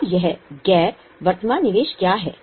अब यह गैर गैर वर्तमान निवेश क्या है